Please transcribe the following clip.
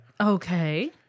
Okay